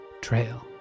Trail